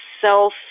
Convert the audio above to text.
self